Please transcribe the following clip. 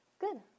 Good